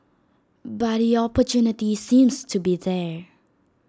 but the opportunity seems to be there